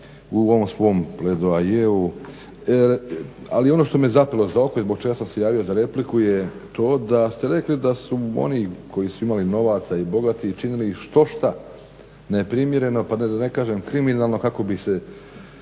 u ovom svom pledoajeu, ali ono što mi je zapelo za oko i zbog čega sam se javio za repliku je to da ste rekli da su oni koji su imali novaca i bogati činili štošta neprimjereno pa da ne kažem kriminalno kako bi se